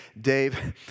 Dave